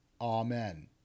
Amen